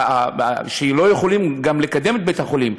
שלא יכולים גם לקדם את בית-החולים.